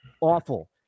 awful